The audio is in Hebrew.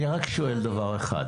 אני שואל רק דבר אחד.